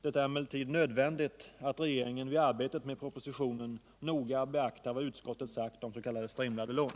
Det är emellertid nödvändigt att regeringen vid arbetet med propositionen noga beaktar vad utskottet sagt om s.k. strimlade lån.